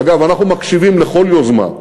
אגב, אנחנו מקשיבים לכל יוזמה.